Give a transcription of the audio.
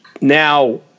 Now